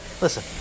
listen